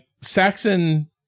Saxon